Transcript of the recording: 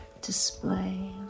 display